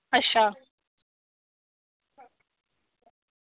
अच्छा